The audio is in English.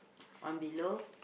on below